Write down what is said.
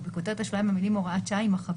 מטעמים שונים שאני לא אכנס אליהם כרגע,